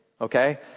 Okay